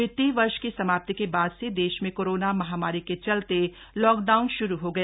वितीय वर्ष की समाप्ति के बाद से देश में कोरोना महामारी के चलते लॉकडाउन श्रू हो गया